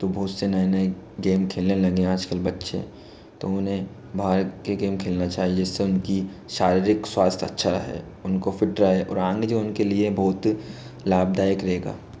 तो बहुत से नए नए गेम खेलने लगे हैं आज कल बच्चे तो उन्हें बाहर के गेम खेलना चाहिए इससे उनकी शारीरिक स्वास्थ्य अच्छा रहे उनको फिट रहे और आने जो उनके लिए बहुत लाभदायक रहेगा